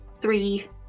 Three